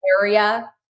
area